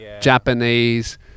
Japanese